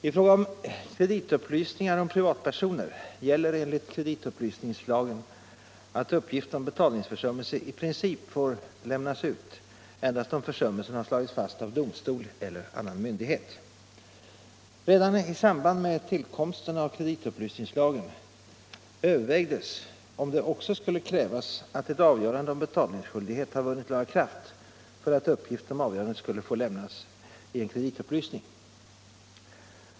I fråga om kreditupplysningar om privatpersoner gäller enligt kreditupplysningslagen att uppgift om betalningsförsummelse i princip får lämnås ut endast om försummelsen har slagits fast av domstol eller annan myndighet. Redan i samband med tillkomsten av kreditupplysningslagen övervägdes om det också skulle krävas att ett avgörande om betalningsskyldighet har vunnit laga kraft för att uppgift om avgörandet skulle få lämnas i en kreditupplysning.